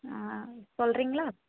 சொல்றிங்களா